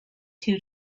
two